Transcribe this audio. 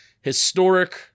Historic